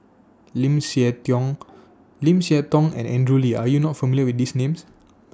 Lim Siah Tong Lim Siah Tong and Andrew Lee Are YOU not familiar with These Names